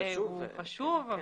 הוא חשוב,